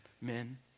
men